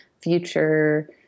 future